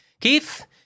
Keith